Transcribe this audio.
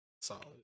solid